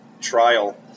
trial